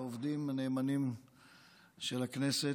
לעובדים הנאמנים של הכנסת.